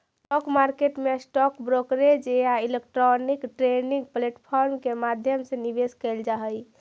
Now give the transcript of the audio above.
stock market में stock brokerage या electronic trading platform के माध्यम से निवेश कैल जा हइ